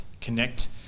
connect